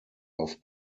auf